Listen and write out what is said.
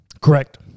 Correct